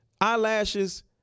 eyelashes